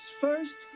first